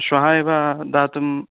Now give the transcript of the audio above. श्वः एव दातुम्